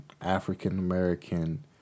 African-American